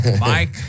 Mike